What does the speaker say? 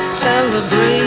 celebrate